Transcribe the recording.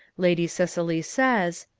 lady cicely says,